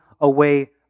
away